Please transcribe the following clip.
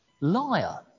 Liar